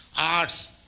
arts